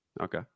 Okay